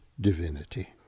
divinity